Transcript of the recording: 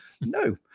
No